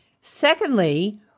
Secondly